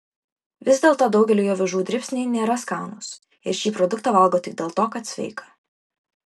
vis dėlto daugeliui avižų dribsniai nėra skanūs ir šį produktą valgo tik dėl to kad sveika